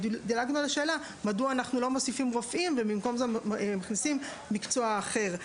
רק דילגו על השאלה מדוע מכניסים מקצוע אחר,